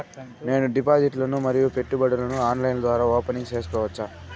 నేను డిపాజిట్లు ను మరియు పెట్టుబడులను ఆన్లైన్ ద్వారా ఓపెన్ సేసుకోవచ్చా?